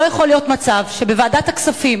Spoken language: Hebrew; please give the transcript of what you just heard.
לא יכול להיות מצב שבוועדת הכספים